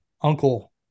Uncle